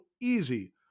easy